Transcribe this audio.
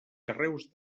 carreus